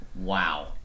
wow